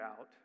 out